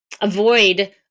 avoid